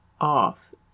off